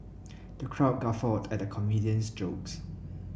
the crowd guffawed at the comedian's jokes